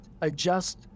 adjust